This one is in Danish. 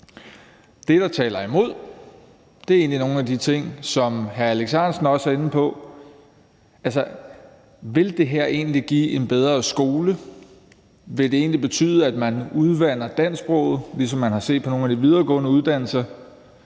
Det, der taler imod, er egentlig nogle af de ting, som hr. Alex Ahrendtsen også er inde på. Altså, vil det her egentlig give en bedre skole? Vil det egentlig betyde, at man udvander det danske sprog, ligesom man har set det på nogle af de videregående uddannelser?